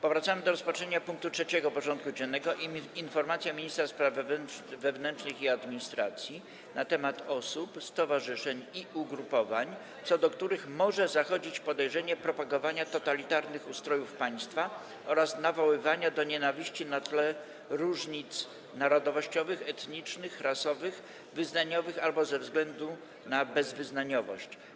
Powracamy do rozpatrzenia punktu 3. porządku dziennego: Informacja ministra spraw wewnętrznych i administracji na temat osób, stowarzyszeń i ugrupowań, co do których może zachodzić podejrzenie propagowania totalitarnych ustrojów państwa oraz nawoływania do nienawiści na tle różnic narodowościowych, etnicznych, rasowych, wyznaniowych albo ze względu na bezwyznaniowość.